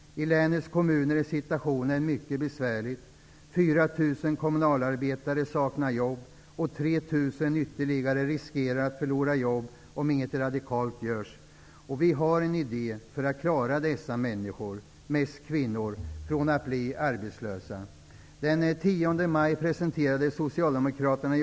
I länets kommuner är situationen mycket besvärlig. 4 000 kommunalarbetare saknar jobb, och ytterligare 3 000 riskerar att förlora jobben om inget radikalt görs. Vi har en idé om hur vi skall klara av att dessa människor -- mest kvinnor -- inte blir arbetslösa.